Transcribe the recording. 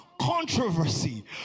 controversy